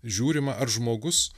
žiūrima ar žmogus